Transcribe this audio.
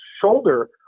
shoulder